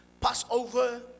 Passover